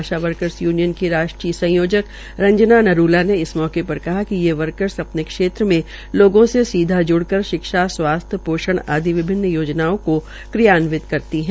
आशा workers union की राष्ट्रीय संयोजक रंजना नरूला ने इस मौके पर कहा कि ये वर्कर्स अपने क्षेत्र में लोगों से सीधा ज्डक़र शिक्षा स्वास्थ्य पोषण आदि विभिन्न योजनाओं का क्रियान्वयन करती हैं